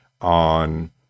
on